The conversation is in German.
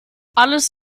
alles